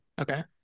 Okay